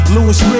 Louis